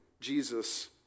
jesus